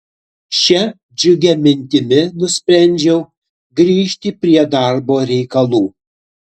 šia džiugia mintimi nusprendžiau grįžti prie darbo reikalų